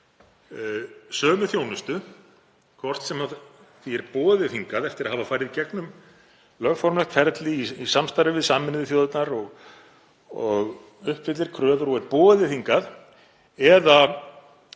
sömu þjónustu, hvort sem því er boðið hingað eftir að hafa farið í gegnum lögformlegt ferli í samstarfi við Sameinuðu þjóðirnar og uppfyllir kröfur, eða það